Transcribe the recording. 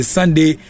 Sunday